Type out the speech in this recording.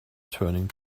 turning